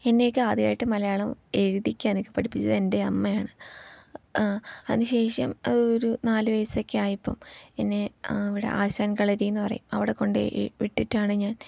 എന്നെയൊക്കെ ആദ്യമായിട്ട് മലയാളം എഴുതിക്കാനൊക്കെ പഠിപ്പിച്ചത് എൻ്റെ അമ്മയാണ് അതിനു ശേഷം അത് ഒരു നാലു വയസ്സൊക്കെ ആയപ്പം എന്നെ ഇവിടെ ആശാൻ കളരിയെന്നു പറയും അവിടെ കൊണ്ടു വിട്ടിട്ടാണ് ഞാൻ